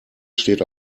steht